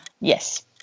Yes